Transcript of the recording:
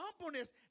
humbleness